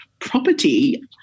property